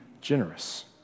generous